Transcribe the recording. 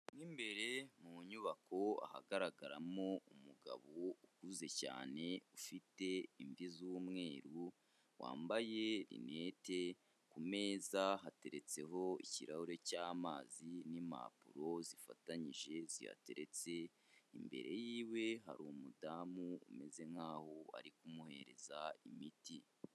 Mo imbere mu nyubako ahagaragaramo umugabo ukuze cyane ufite imvi z'umweru, wambaye rinete, ku meza hateretseho ikirahure cy'amazi n'impapuro zifatanyije zihateretse, imbere yiwe hari umudamu umeze nk'aho ari kumuhereza imiti.